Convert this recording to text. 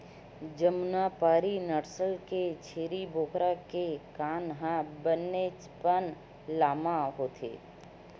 जमुनापारी नसल के छेरी बोकरा के कान ह बनेचपन लाम होथे